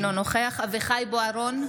אינו נוכח אביחי אברהם בוארון,